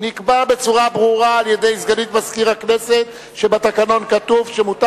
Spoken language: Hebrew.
נקבע בצורה ברורה על-ידי סגנית מזכיר הכנסת שבתקנון כתוב שמותר